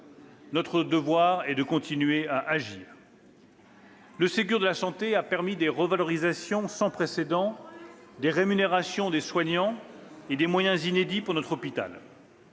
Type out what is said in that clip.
Notre devoir est de continuer à agir. « Le Ségur de la santé a permis des revalorisations sans précédent des rémunérations des soignants et dégagé des moyens inédits pour notre hôpital.